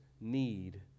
need